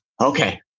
Okay